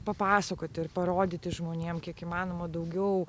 papasakoti ir parodyti žmonėm kiek įmanoma daugiau